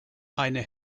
eine